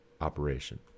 operation